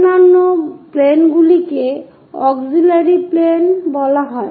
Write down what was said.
অন্যান্য প্লেনগুলিকে auxiliary plane বলা হয়